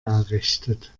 errichtet